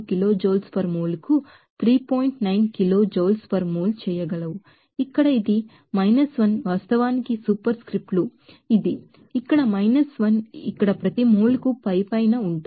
9 kilojoules per mole చేయగలవు ఇక్కడ ఇది 1 వాస్తవానికి సూపర్ స్క్రిప్ట్ లు ఇది 1 ఇక్కడ ప్రతి మోల్ కు పైపైన ఉంటుంది